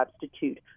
substitute